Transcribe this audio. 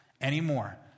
anymore